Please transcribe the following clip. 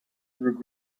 through